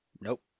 nope